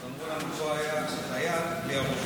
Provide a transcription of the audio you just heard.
אז אמרו לנו: פה היה חייל בלי הראש